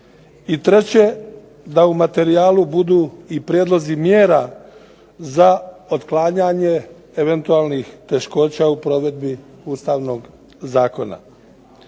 i treće, da u materijalu budu i prijedlozi mjera za otklanjanje eventualnih teškoća u provedbi Ustavnog zakona.